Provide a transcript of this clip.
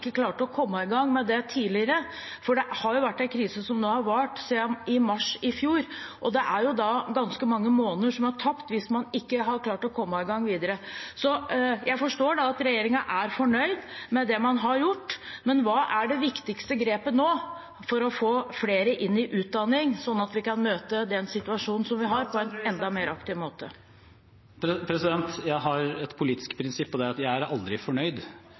å komme i gang med det tidligere, for det har jo vært en krise som nå har vart siden mars i fjor, og det er da ganske mange måneder som er tapt når man ikke har klart å komme i gang tidligere. Jeg forstår at regjeringen er fornøyd med det man har gjort, men hva er det viktigste grepet nå for å få flere inn i utdanning, sånn at vi kan møte den situasjonen som vi har havnet i, på en enda mer aktiv måte? Jeg har et politisk prinsipp, og det er at jeg er aldri fornøyd.